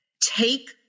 Take